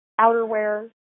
outerwear